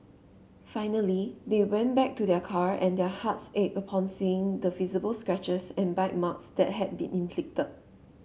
finally they went back to their car and their hearts ached upon seeing the visible scratches and bite marks that had been inflicted